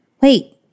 wait